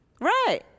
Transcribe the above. Right